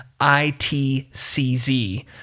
ITCZ